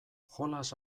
jolas